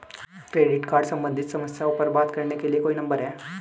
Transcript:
Credit card सम्बंधित समस्याओं पर बात करने के लिए कोई नंबर है?